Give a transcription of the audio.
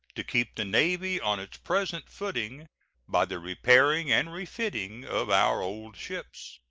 to keep the navy on its present footing by the repairing and refitting of our old ships.